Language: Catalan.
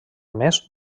més